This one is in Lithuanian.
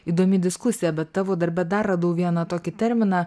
įdomi diskusija bet tavo darbe dar radau vieną tokį terminą